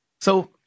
So-